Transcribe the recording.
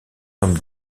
garçon